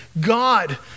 God